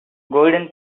golden